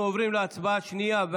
אנחנו עוברים להצבעה שנייה,